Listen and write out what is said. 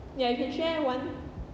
ya you can share one